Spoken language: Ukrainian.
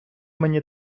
мені